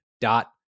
dot